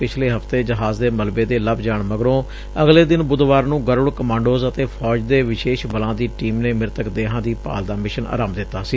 ਪਿਛਲੇ ਹਫ਼ਤੇ ਜਹਾਜ਼ ਦੇ ਮਲਬੇ ਦੇ ਲੱਭ ਜਾਣ ਮਗਰੋਂ ਅਗਲੇ ਦਿਨ ਬੁੱਧਵਾਰ ਨੂੰ ਗਰੁੜ ਕਮਾਂਡੋਜ਼ ਅਤੇ ਫੌਜ ਦੇ ਵਿਸ਼ੇਸ਼ ਬਲਾਂ ਦੀ ਟੀਮ ਨੇ ਮ੍ਰਿਤਕ ਦੇਹਾਂ ਦੀ ਭਾਲ ਦਾ ਮਿਸ਼ਨ ਆਰੰਭ ਦਿੱਤਾ ਸੀ